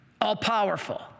all-powerful